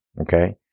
okay